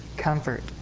comfort